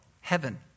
heaven